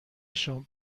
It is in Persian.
شما